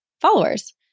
followers